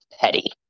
petty